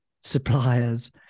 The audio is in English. suppliers